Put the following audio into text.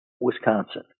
Wisconsin